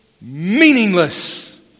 meaningless